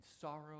sorrow